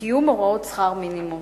בקיום הוראות שכר מינימום.